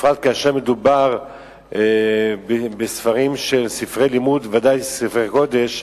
בפרט כאשר מדובר בספרי לימוד, ודאי ספרי קודש,